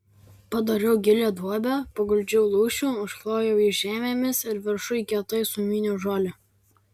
padariau gilią duobę paguldžiau lūšių užklojau jį žemėmis ir viršuj kietai sumyniau žolę